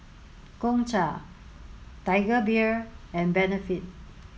Gongcha Tiger Beer and Benefit